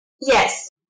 Yes